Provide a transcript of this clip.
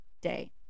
day